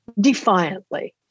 defiantly